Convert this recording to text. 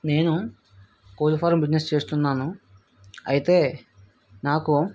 నేను కోళ్ళ farm business చేస్తున్నాను అయితే నాకు